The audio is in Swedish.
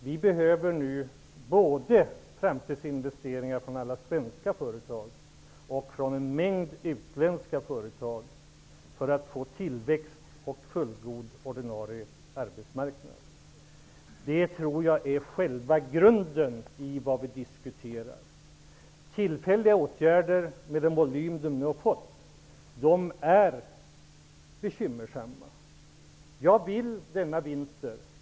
Vi behöver nu framtidsinvesteringar både från alla svenska företag och från en mängd utländska företag för att skapa tillväxt och få en fullgod ordinarie arbetsmarknad. Det är själva grunden i vad vi diskuterar. Tillfälliga åtgärder med den volym som de nu har fått är bekymmersamma.